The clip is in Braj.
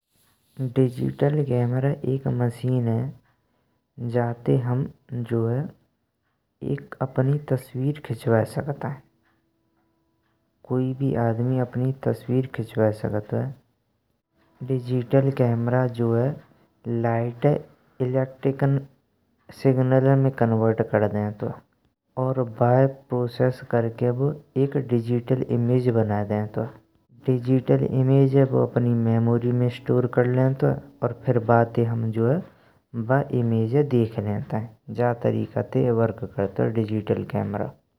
डिजिटल कैमरा एक मशीन है जाते हम जो है एक अपनी तस्वीर खिंचवाए सकतें । कोई भी आदमी अपनी तस्वीर खिंचवाए सकेतोय, डिजिटल कैमरा जो है लिखतेय इलेक्ट्रिकल सिग्नल में कन्वर्ट कर देतियुँ और बाई प्रोसेस करके बु डिजिटल इमेज बनाय देइन्तुये। डिजिटल इमेज अपनी मेमोरी में स्टोर कर लेतुऐ, और फिर बाते हमें जो है वाए देख लेतेँ जा तापरे का ते वर्क करतुए डिजिटल कैमरा।